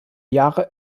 jahre